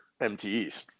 MTEs